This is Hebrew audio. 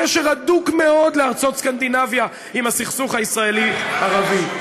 קשר הדוק מאוד לארצות סקנדינביה עם הסכסוך הישראלי ערבי.